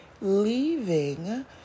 leaving